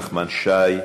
נחמן שי.